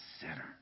sinner